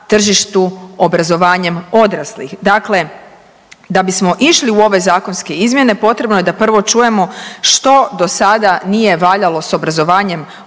tržištu obrazovanjem odraslih. Dakle, da bismo išli u ove zakonske izmjene potrebno je da prvo čujemo što do sada nije valjalo s obrazovanjem odraslih